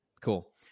Cool